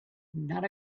not